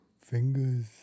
Fingers